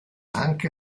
anche